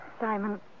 Simon